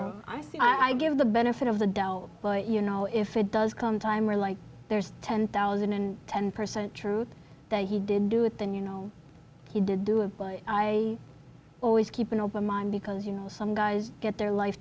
see i give the benefit of the doubt but you know if it does come time or like there's ten thousand and ten percent truth that he didn't do it then you know he did do it but i always keep an open mind because you know some guys get their life